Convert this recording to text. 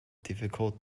difficult